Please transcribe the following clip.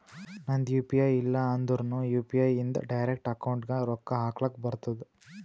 ನಂದ್ U P I ಇಲ್ಲ ಅಂದುರ್ನು ಯು.ಪಿ.ಐ ಇಂದ್ ಡೈರೆಕ್ಟ್ ಅಕೌಂಟ್ಗ್ ರೊಕ್ಕಾ ಹಕ್ಲಕ್ ಬರ್ತುದ್